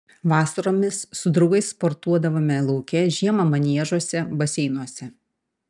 vasaromis su draugais sportuodavome lauke žiemą maniežuose baseinuose